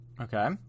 Okay